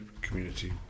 community